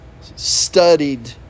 studied